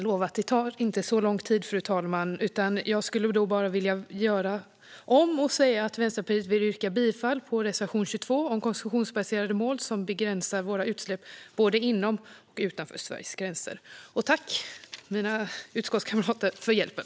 Fru talman! Jag vill bara säga att Vänsterpartiet yrkar bifall till reservation 22 om konsumtionsbaserade mål som begränsar våra utsläpp både inom och utanför Sveriges gränser. Tack, mina utskottskamrater, för hjälpen!